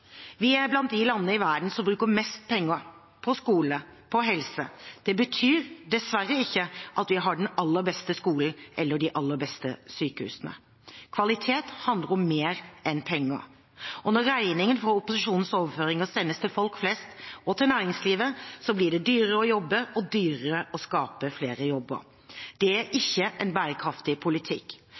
Vi er blant de landene i verden som bruker mest penger på skole og helse, men det betyr dessverre ikke at vi har den aller beste skolen eller de aller beste sykehusene. Kvalitet handler om mer enn penger. Og når regningen for opposisjonens overføringer sendes til folk flest og til næringslivet, blir det dyrere å jobbe og dyrere å skape flere jobber. Det er ikke en bærekraftig politikk.